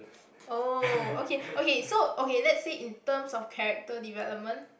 oh okay okay so okay let say in terms of character development